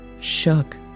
shook